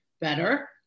better